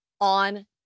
on